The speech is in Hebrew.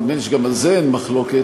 אני מבין שגם בזה אין מחלוקת,